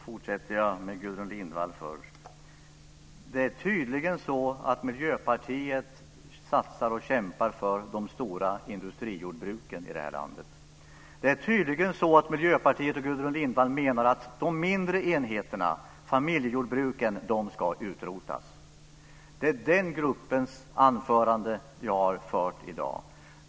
Fru talman! Då svarar jag Gudrun Lindvall först. Det är tydligen så att Miljöpartiet satsar på och kämpar för de stora industrijordbruken i det här landet. Det är tydligen så att Miljöpartiet och Gudrun Lindvall menar att de mindre enheterna, familjejordbruken, ska utrotas. Det är den gruppens talan jag har fört i dag.